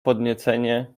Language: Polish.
podniecenie